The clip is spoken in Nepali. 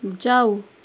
जाऊ